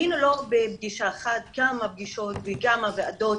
היינו לא בפגישה אחת, אלא בכמה פגישות ובכמה עדות